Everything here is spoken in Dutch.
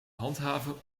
handhaven